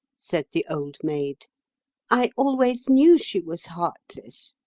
said the old maid i always knew she was heartless.